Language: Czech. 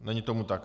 Není tomu tak.